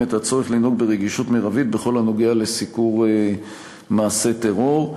את הצורך לנהוג ברגישות מרבית בכל הנוגע לסיקור מעשי טרור.